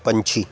ਪੰਛੀ